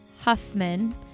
Huffman